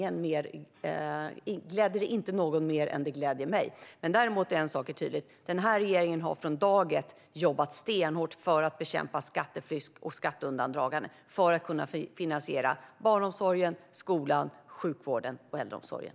En sak är dock tydlig: Den här regeringen har från dag ett jobbat stenhårt för att bekämpa skattefusk och skatteundandragande - för att finansiera barnomsorgen, skolan, sjukvården och äldreomsorgen.